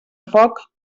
foc